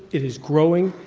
it is growing.